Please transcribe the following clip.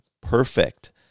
perfect